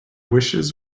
wishes